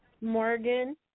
Morgan